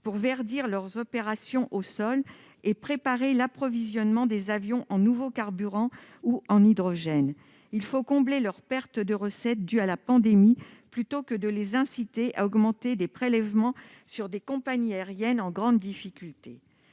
pour verdir leurs opérations au sol et préparer l'approvisionnement des avions en nouveaux carburants ou en hydrogène. Il faut combler leurs pertes de recettes dues à la pandémie plutôt que de les inciter à augmenter des prélèvements sur des compagnies aériennes en grande difficulté.